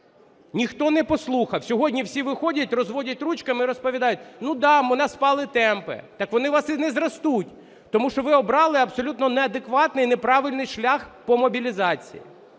Ніхто не послухав. Сьогодні всі виходять розводять ручками і розповідають: ну да, у нас впали темпи. Так вони у вас і не зростуть. Тому що ви обрали абсолютно неадекватний і неправильний шлях по мобілізації.